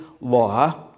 law